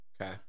Okay